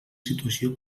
situació